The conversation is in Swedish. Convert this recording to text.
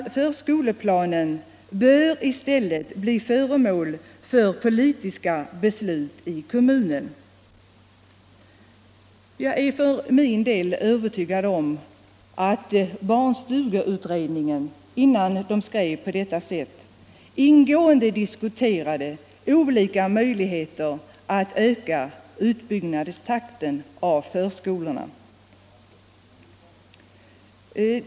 Förskoleplanen bör i stället bli föremål för politiska beslut i kommunen. Jag är för min del övertygad om att barnstugeutredningen innan man gjorde detta ställningstagande ingående diskuterade olika möjligheter att öka takten i utbyggnaden av förskolorna.